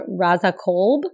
Razakolb